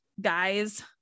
guys